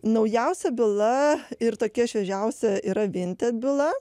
naujausia byla ir tokia šviežiausia yra vinted byla